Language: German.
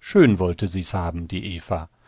schön wollte sie's haben die eva